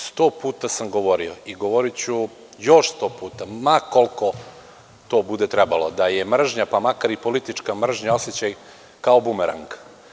Sto puta sam govorio i govoriću još sto puta, ma koliko to bude trebalo, da je mržnja pa makar i politička mržnja osećaj kao bumerang.